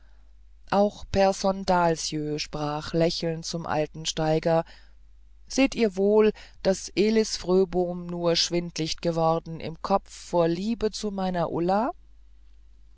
auch pehrson dahlsjö sprach lächelnd zum alten steiger seht ihr wohl daß elis fröbom nur schwindlicht geworden im kopfe vor liebe zu meiner ulla